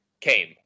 came